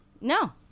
No